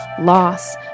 loss